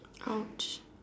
!ouch!